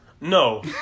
No